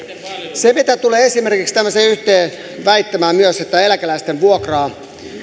se mitä tulee myös esimerkiksi tämmöiseen yhteen väittämään että eläkeläisten vuokraa